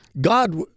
God